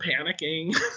panicking